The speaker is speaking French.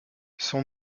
son